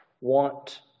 want